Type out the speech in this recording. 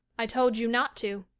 i told you not to.